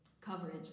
coverage